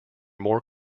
more